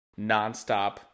nonstop